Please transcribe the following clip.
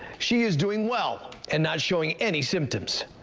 she is doing well and not showing any symptoms.